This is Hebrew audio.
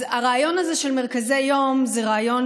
אז הרעיון הזה של מרכזי יום זה רעיון